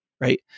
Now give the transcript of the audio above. right